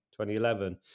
2011